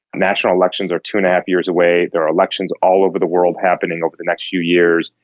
national elections are two and a half years away, there are elections all over the world happening over the next few years,